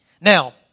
Now